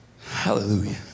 hallelujah